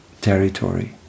territory